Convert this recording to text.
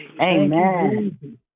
Amen